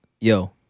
yo